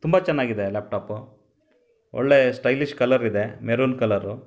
ತುಂಬ ಚೆನ್ನಾಗಿದೆ ಲ್ಯಾಪ್ಟಾಪು ಒಳ್ಳೆಯ ಸ್ಟೈಲಿಶ್ ಕಲರ್ ಇದೆ ಮೆರೂನ್ ಕಲರು